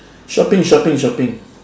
shopping shopping shopping